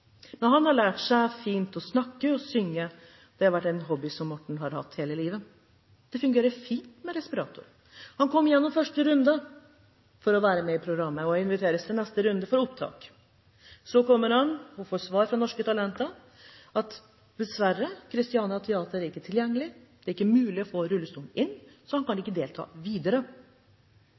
Men han har lært seg fint å snakke og synge – det har vært en hobby som Morten har hatt hele livet. Det fungerer fint med respirator. Han kommer gjennom første runde i programmet og inviteres til neste runde for opptak. Så kommer han og får svar fra «Norske Talenter» at dessverre, Christiania Teater er ikke tilgjengelig, det er ikke mulig å få rullestolen inn, så han kan ikke delta videre.